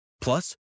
Plus